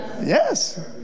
Yes